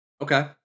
Okay